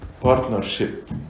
partnership